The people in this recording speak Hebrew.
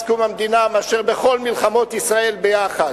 קום המדינה מאשר בכל מלחמות ישראל ביחד.